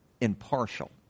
impartial